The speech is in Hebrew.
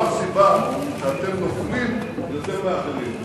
זאת הסיבה שאתם נופלים מהאחרים.